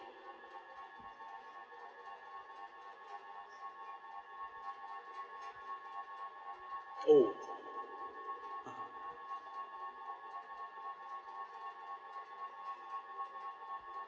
oh (uh huh)